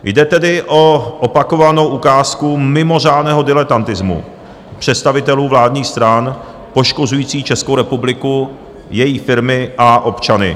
Jde tedy o opakovanou ukázku mimořádného diletantismu představitelů vládních stran, poškozujících Českou republiku, její firmy a občany.